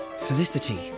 Felicity